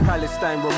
Palestine